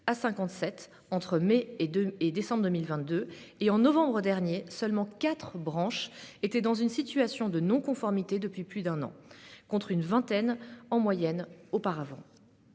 57 entre mai et décembre 2022. En novembre dernier, seules quatre branches étaient dans une situation de non-conformité depuis plus d'un an, contre une vingtaine en moyenne auparavant.